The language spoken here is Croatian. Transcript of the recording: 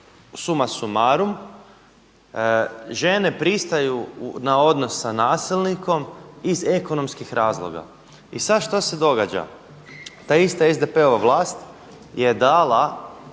summa summarum, žene pristaju na odnos sa nasilnikom iz ekonomskih razloga. I sada šta se događa? Ta ista SDP-ova vlast je dala